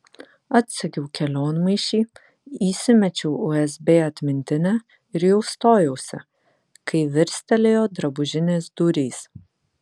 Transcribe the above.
atsegiau kelionmaišį įsimečiau usb atmintinę ir jau stojausi kai virstelėjo drabužinės durys